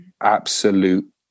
absolute